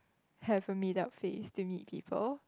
have a meet up face to meet people